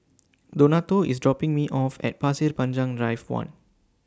Donato IS dropping Me off At Pasir Panjang Drive one